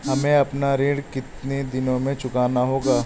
हमें अपना ऋण कितनी दिनों में चुकाना होगा?